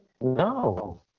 No